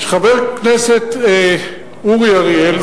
שחבר הכנסת אורי אריאל,